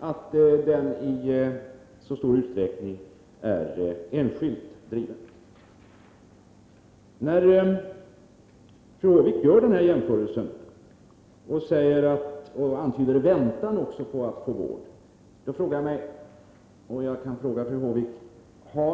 att den i så stor utsträckning är enskilt driven. När fru Håvik gör den här jämförelsen antyder hon att det förekommer väntetider när det gäller att få vård.